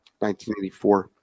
1984